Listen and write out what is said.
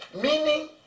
Meaning